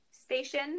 station